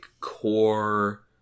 core